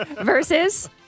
Versus